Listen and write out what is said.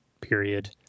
period